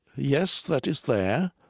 yes, that is there,